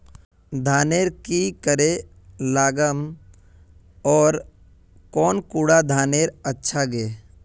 धानेर की करे लगाम ओर कौन कुंडा धानेर अच्छा गे?